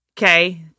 Okay